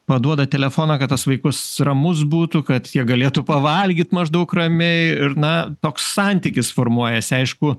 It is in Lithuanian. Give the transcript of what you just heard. paduoda telefoną kad tas vaikus ramus būtų kad jie galėtų pavalgyt maždaug ramiai ir na toks santykis formuojasi aišku